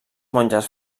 monges